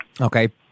Okay